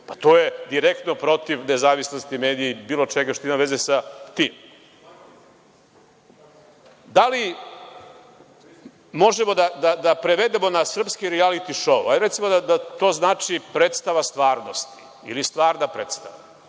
Pa, to je direktno protiv nezavisnosti medija i bilo čega što ima veze sa tim. Da li možemo da prevedemo na srpski rijaliti šou? Recimo da to znači predstava stvarnosti ili stvarna predstava.